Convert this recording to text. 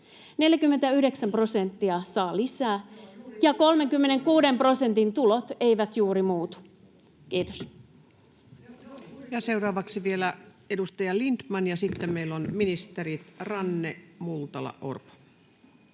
49 prosenttia saa lisää, ja 36 prosentin tulot eivät juuri muutu. — Kiitos. Seuraavaksi vielä edustaja Lindtman, ja sitten meillä ovat ministerit Ranne, Multala ja Orpo.